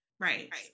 Right